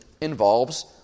involves